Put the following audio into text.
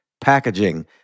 packaging